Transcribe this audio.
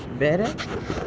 better